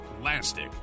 plastic